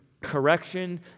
correction